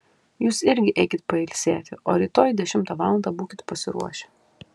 jūs irgi eikit pailsėti o rytoj dešimtą valandą būkit pasiruošę